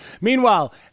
Meanwhile